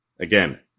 again